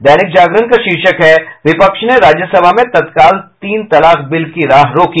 दैनिक जागरण का शीर्षक है विपक्ष ने राज्यसभा में तत्काल तीन तालाक बिल की राह रोकी